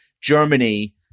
Germany